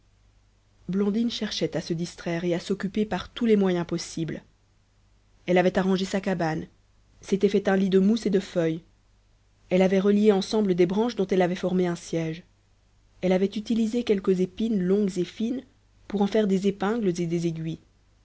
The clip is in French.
blondine cherchait à se distraire et à s'occuper par tous les moyens possibles elle avait arrangé sa cabane s'était fait un lit de mousse et de feuilles elle avait relié ensemble des branches dont elle avait formé un siège elle avait utilisé quelques épines longues et fines pour en faire des épingles et des aiguilles